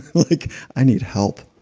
like i need help.